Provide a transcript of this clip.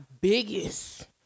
biggest